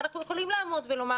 אנחנו יכולים לעמוד ולומר